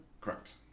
Correct